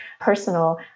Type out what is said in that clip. personal